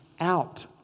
out